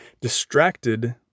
distracted